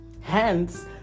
hence